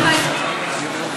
ממש לא.